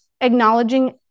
acknowledging